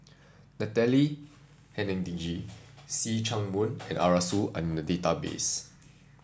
Natalie Hennedige See Chak Mun and Arasu are in the database